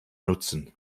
nutzen